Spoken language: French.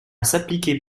s’appliquer